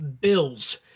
Bills